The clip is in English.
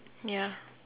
ya